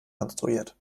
konstruiert